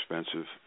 expensive